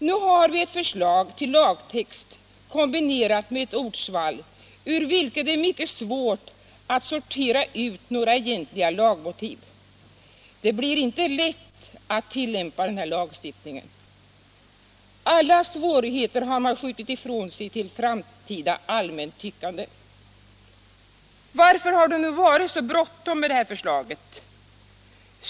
Nu har vi ett förslag till lagtext kombinerat med ett ordsvall, ur vilket det är mycket svårt att sortera ut några egentliga lagmotiv. Det blir inte lätt att tillämpa den här lagstiftningen. Alla svårigheter har man skjutit ifrån sig till framtida allmänt tyckande. Varför har det nu varit så bråttom med det här förslaget?